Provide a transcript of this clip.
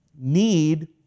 need